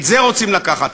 את זה רוצים לקחת.